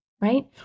right